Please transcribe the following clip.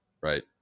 right